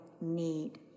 need